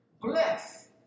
bless